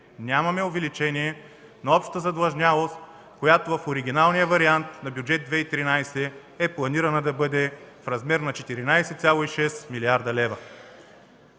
Нямаме увеличение на общата задлъжнялост, която в оригиналния вариант на Бюджет 2013 е планирана да бъде в размер на 14,6 млрд. лв.